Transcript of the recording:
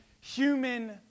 human